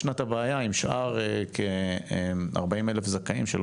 ישנה את הבעיה שכ-40,000 זכאים אינם